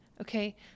Okay